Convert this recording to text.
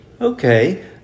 Okay